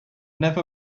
never